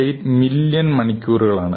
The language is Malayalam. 8 മില്യൺ മണിക്കൂറുകളാണ്